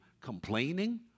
complaining